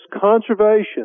conservation